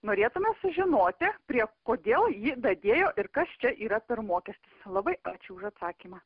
norėtume sužinoti prie kodėl jį dadėjo ir kas čia yra per mokestis labai ačiū už atsakymą